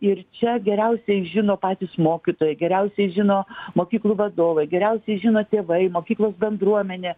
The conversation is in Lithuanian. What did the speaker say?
ir čia geriausiai žino patys mokytojai geriausiai žino mokyklų vadovai geriausiai žino tėvai mokyklos bendruomenė